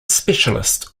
specialist